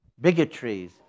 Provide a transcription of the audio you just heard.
bigotries